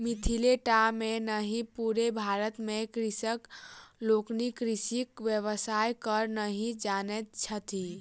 मिथिले टा मे नहि पूरे भारत मे कृषक लोकनि कृषिक व्यवसाय करय नहि जानैत छथि